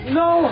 no